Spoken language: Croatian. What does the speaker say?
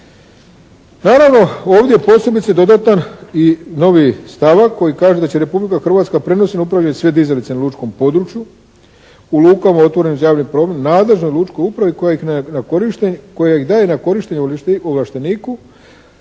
Naravno, ovdje je posebice dodatan i novi stavak koji kaže da će Republika Hrvatska prenošenjem upravljanja na sve dizalice na lučkom području u lukama otvorenim za javni promet, nadležnoj lučkoj upravi koja ih daje na korištenje ovlašteniku